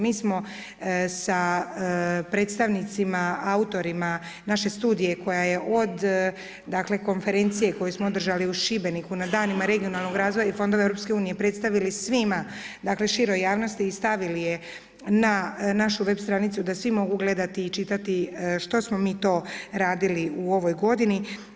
Mi smo sa predstavnicima autorima naše studije koja je od dakle, konferencije koju smo održali u Šibeniku na danima regionalnog razvoja i Fondova Europske unije predstavili svima, široj javnosti, i stavili je na našu web stranicu da svi mogu gledati i čitati što smo mi to radili u ovoj godini.